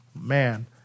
man